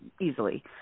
easily